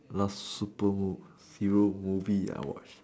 last super movie hero movie I watched